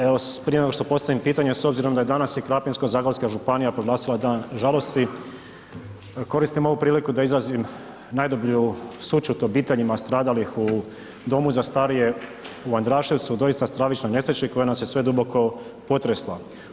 Evo prije nego postavim pitanje s obzirom da je danas i Krapinsko-zagorska županija proglasila Dan žalosti, koristim ovu priliku da izrazim najdublju sućut obiteljima stradalih u Domu za starije u Andraševcu, doista stravična nesreća i koja nas je sve duboko potresla.